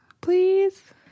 Please